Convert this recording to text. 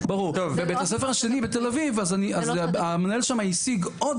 בבית הספר השני בתל אביב אז המנהל שמה השיג עוד